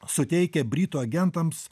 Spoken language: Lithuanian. suteikia britų agentams